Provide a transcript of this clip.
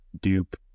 dupe